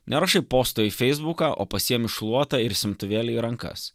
nerašai posto į feisbuką o pasiimi šluotą ir semtuvėlį į rankas